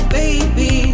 baby